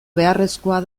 beharrezkoa